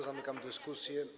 Zamykam dyskusję.